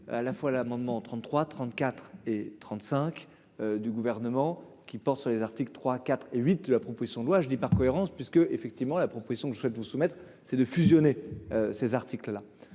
à la fois l'amendement 33 34 et 35 du gouvernement qui porte sur les articles 3 4 et 8 la proposition de loi je dis par cohérence puisque effectivement la proposition que je souhaite vous soumettre : c'est de fusionner ces articles là.